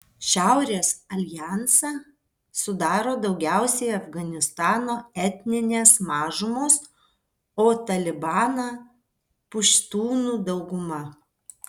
šiaurės aljansą sudaro daugiausiai afganistano etninės mažumos o talibaną puštūnų dauguma